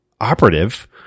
operative